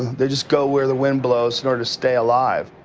they just go where the wind blows in order to stay alive.